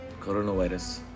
coronavirus